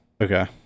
Okay